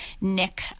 Nick